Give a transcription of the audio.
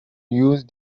use